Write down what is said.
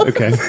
Okay